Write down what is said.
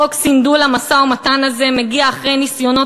חוק סנדול המשא-ומתן הזה מגיע אחרי ניסיונות